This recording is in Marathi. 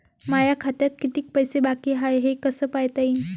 माया खात्यात कितीक पैसे बाकी हाय हे कस पायता येईन?